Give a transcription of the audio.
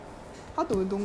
at night